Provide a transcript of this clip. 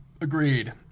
Agreed